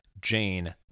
Jane